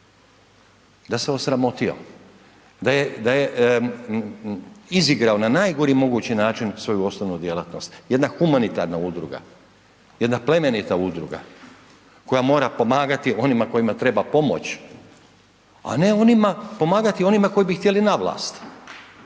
da se osramotio, da je izigrao na najgori mogući način svoju osnovnu djelatnost, jedna humanitarna udruga, jedna plemenita udruga koja mora pomagati onima kojima treba pomoć, a ne onima, pomagati onima koji bi htjeli na vlast